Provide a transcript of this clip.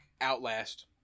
Outlast